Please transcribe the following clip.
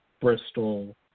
Bristol